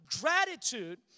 Gratitude